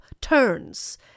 turns